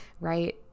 right